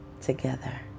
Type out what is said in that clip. together